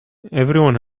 everyone